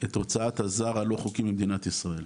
את הוצאת הזר הלא חוקי ממדינת ישראל,